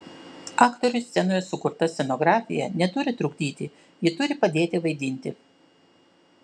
aktoriui scenoje sukurta scenografija neturi trukdyti ji turi padėti vaidinti